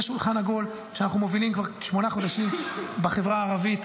יש שולחן עגול שאנחנו מובילים כבר שמונה חודשים בחברה הערבית,